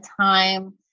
time